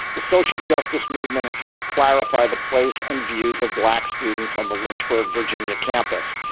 the social justice movement has helped clarify the place and views of black students on the lynchburg, virginia, campus.